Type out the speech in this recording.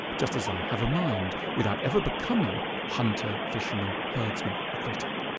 just as i have a mind, without ever becoming hunter, fisherman, herdsman or critic.